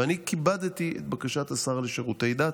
ואני כיבדתי את בקשת השר לשירותי דת